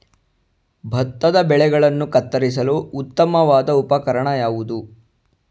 ಭತ್ತದ ಬೆಳೆಗಳನ್ನು ಕತ್ತರಿಸಲು ಉತ್ತಮವಾದ ಉಪಕರಣ ಯಾವುದು?